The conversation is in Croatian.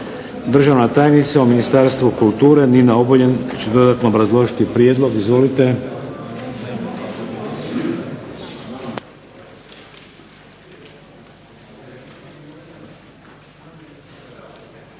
Državna tajnica u Ministarstvu kulture Nina Obuljen će dodatno obrazložiti prijedlog. Izvolite.